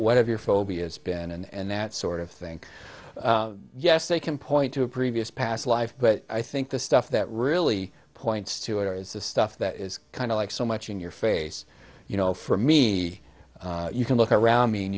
have your phobias been and that sort of thing yes they can point to a previous past life but i think the stuff that really points to it is the stuff that is kind of like so much in your face you know for me you can look around me and